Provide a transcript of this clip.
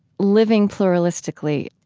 living pluralistically.